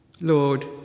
Lord